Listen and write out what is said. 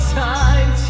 time